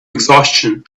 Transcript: exhaustion